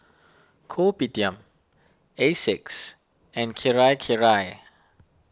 Kopitiam Asics and Kirei Kirei